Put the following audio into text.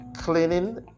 cleaning